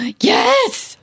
Yes